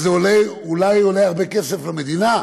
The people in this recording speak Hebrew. שאולי זה עולה הרבה כסף למדינה,